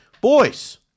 Boys